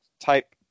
type